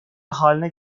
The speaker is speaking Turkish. haline